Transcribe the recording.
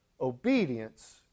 obedience